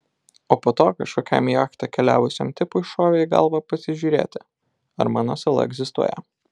o po to kažkokiam jachta keliavusiam tipui šovė į galvą pasižiūrėti ar mano sala egzistuoja